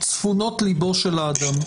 בצפונות ליבו של האדם.